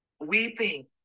weeping